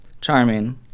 Charming